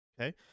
Okay